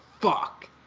fuck